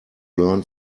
learn